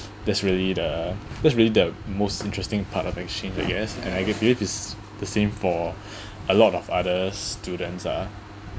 that's really the that's really the most interesting part of exchange I guess and I guess it's the same for a lot of other students ah